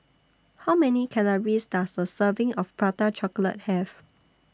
How Many Calories Does A Serving of Prata Chocolate Have